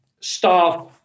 staff